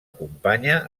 companya